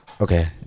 Okay